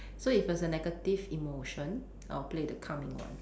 so if it's a negative emotion I'll play the calming one